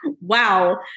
wow